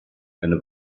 eine